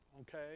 okay